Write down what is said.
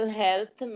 health